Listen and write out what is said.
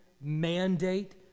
mandate